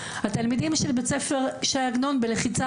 התלמידים של בית ספר שי עגנון בלחיצה